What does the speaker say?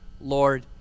Lord